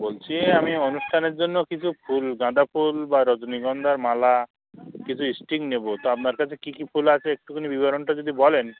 বলছি আমি অনুষ্ঠানের জন্য কিছু ফুল গাঁদা ফুল বা রজনীগন্ধার মালা কিছু স্টিক নেব তা আপনার কাছে কী কী ফুল আছে একটুখানি বিবরণটা যদি বলেন